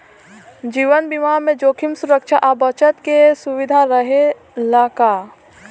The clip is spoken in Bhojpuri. जीवन बीमा में जोखिम सुरक्षा आ बचत के सुविधा रहेला का?